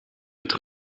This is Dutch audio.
het